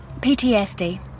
PTSD